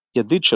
ידיד של אמה,